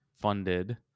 funded